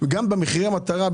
גם במחירי מטרה,